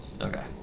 Okay